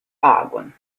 agon